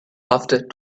after